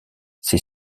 ses